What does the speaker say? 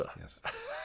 Yes